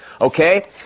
okay